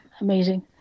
Amazing